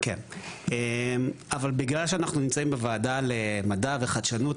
בגלל שאנחנו נמצאים בוועדה למדע וחדשנות,